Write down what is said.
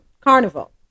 Carnival